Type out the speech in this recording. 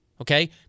okay